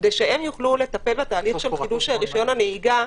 כדי שהם יוכלו לטפל בתהליך של חידוש רישיון הנהיגה,